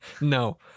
No